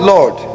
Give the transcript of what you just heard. Lord